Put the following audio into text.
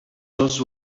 those